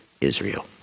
Israel